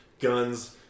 guns